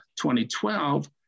2012